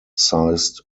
sized